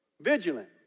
vigilant